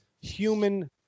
human